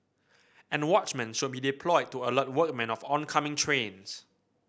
and watchmen should be deployed to alert workmen of oncoming trains